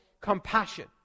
compassion